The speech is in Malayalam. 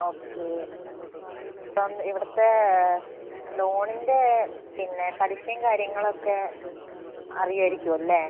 ഓക്കെ അപ്പം ഇവിടുത്തെ ലോണിന്റെ പിന്നെ പലിശയും കാര്യങ്ങളൊക്കെ അറിയുമായിരിക്കും അല്ലേ